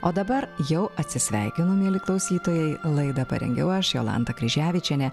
o dabar jau atsisveikinu mieli klausytojai laidą parengiau aš jolanta kryževičienė